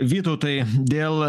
vytautai dėl